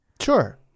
Sure